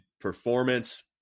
performance